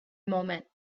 moment